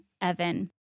Evan